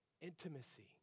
intimacy